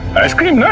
ice cream!